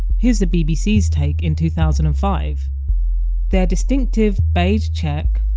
here's the bbc's take in two thousand and five their distinctive beige check,